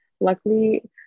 Luckily